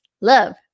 love